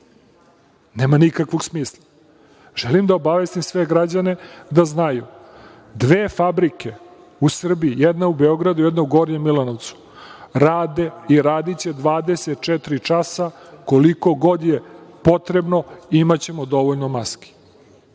Nema nikakvog smisla. Želim da obavestim sve građane, da znaju, dve fabrike u Srbiji, jedna u Beogradu, jedna u Gornjem Milanovcu rade i radiće 24 časa, koliko god je potrebno i imaćemo dovoljno maski,